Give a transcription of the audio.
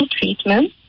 treatment